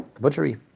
butchery